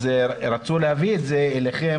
אז רצו להביא את זה אליכם,